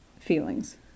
feelings